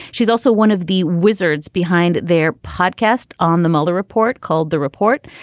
she's also one of the wizards behind their podcast on the mueller report called the report.